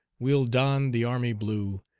we'll don the army blue,